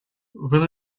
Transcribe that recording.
will